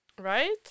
Right